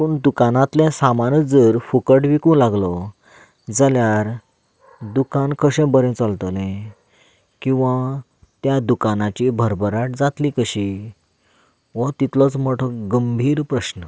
पूण दुकानांतलें सामानूच जर फुकट विकूंक लागलो जाल्यार दुकान कशें बरें चलतलें किंवा त्या दुकानाची बरबराट जातली कशी हो तितलोच मोठो गंभीर प्रस्न